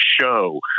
show